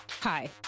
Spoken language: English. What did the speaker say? Hi